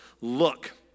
Look